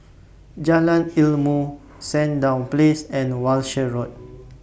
Jalan Ilmu Sandown Place and Walshe Road